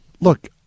Look